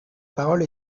parole